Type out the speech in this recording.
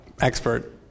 expert